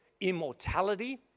immortality